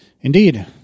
indeed